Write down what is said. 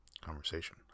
conversation